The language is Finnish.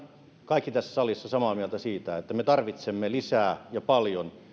kaikki tässä salissa samaa mieltä siitä että me tarvitsemme lisää ja paljon